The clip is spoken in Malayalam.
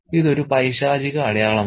ഇത് ഒരു പൈശാചിക അടയാളമാണ്